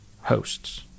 hosts